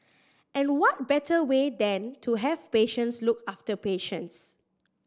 and what better way than to have patients look after patients